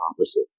opposite